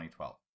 2012